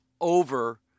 over